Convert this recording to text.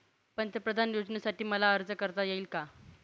पंतप्रधान योजनेसाठी मला अर्ज करता येईल का?